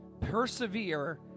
Persevere